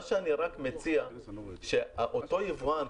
אני מציע שאותו יבואן,